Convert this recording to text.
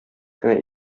кенә